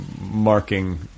marking